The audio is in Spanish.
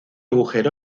agujero